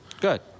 Good